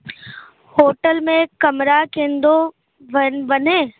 hotel में कमिरा थींदो वन वञे